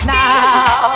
now